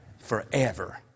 forever